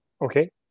Okay